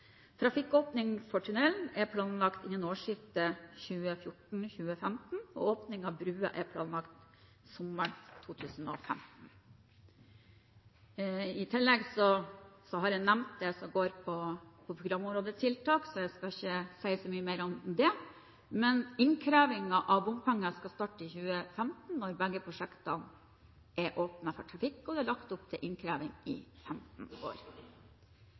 trafikkåpning for tunnelen er planlagt innen årsskiftet 2014/2015, og åpning av broen er planlagt sommeren 2015. I tillegg har jeg nevnt det som går på programområdetiltak, så jeg skal ikke si så mye mer om det. Men innkrevingen av bompenger skal starte i 2015 når begge prosjektene er åpnet for trafikk, og det er lagt opp til innkreving i 15 år.